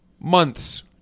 months